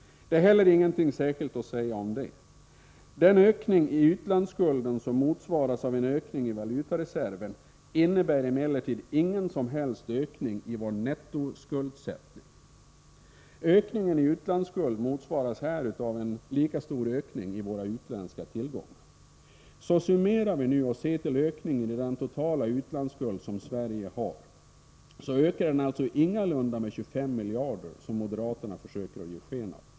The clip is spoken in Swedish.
Det är heller ingenting särskilt att säga om detta. Den ökning i utlandsskulden som motsvaras av en ökning i valutareserven innebär emellertid ingen som helst ökning i vår nettoskuldsättning. Ökningen i utlandsskuld motsvaras här av en ökning i våra utländska tillgångar. Summerar vi och ser till ökningen i den totala utlandsskuld som Sverige har, finner vi att utlandsskulden ingalunda ökade med 25 miljarder, som moderaterna försöker ge sken av.